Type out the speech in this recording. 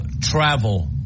travel